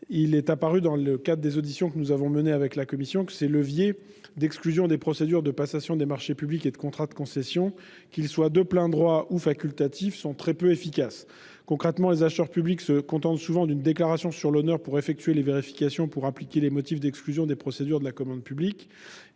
menées par la commission de l'aménagement du territoire, il est apparu que ces leviers d'exclusion des procédures de passation des marchés publics et de contrats de concession, qu'ils soient de plein droit ou facultatifs, étaient très peu efficaces. Concrètement, les acheteurs publics se contentent souvent d'une déclaration sur l'honneur pour effectuer les vérifications et appliquer les motifs d'exclusion des procédures de la commande publique.